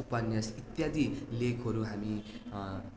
उपन्यास इत्यादि लेखहरू हामी